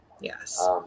yes